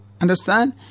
Understand